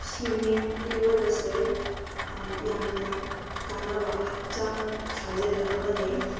swimming ꯏꯔꯣꯏꯕꯁꯦ ꯌꯥꯝꯅ ꯀꯥꯟꯅꯕ ꯍꯛꯆꯥꯡ ꯁꯥꯖꯦꯜ ꯑꯃꯅꯦ